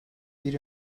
bir